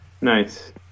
Nice